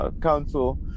council